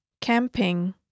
Camping